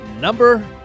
number